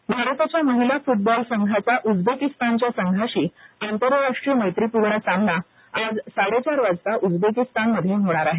football भारताच्या महिला football संघाचा उज्बेकिस्तानच्या संघाशी आंतरराष्ट्रीय मैत्रीपूर्ण सामना आज साडेचार वाजता उज्बेकिस्तान मध्ये होणार आहे